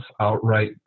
outright